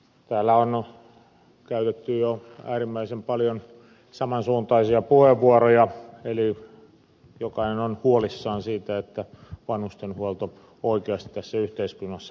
täällä on käytetty jo äärimmäisen paljon samansuuntaisia puheenvuoroja eli jokainen on huolissaan siitä että vanhustenhuolto oikeasti tässä yhteiskunnassa pelaa